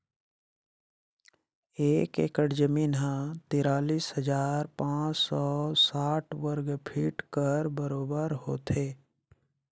एक एकड़ जमीन ह तिरालीस हजार पाँच सव साठ वर्ग फीट कर बरोबर होथे